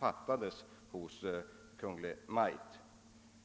fattades av Kungl. Maj:t.